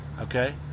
Okay